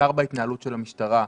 ניכר בהתנהלות של המשטרה,